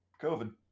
COVID